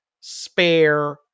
spare